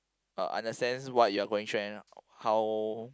uh understands what you are going through and how